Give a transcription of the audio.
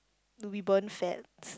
do we burn fats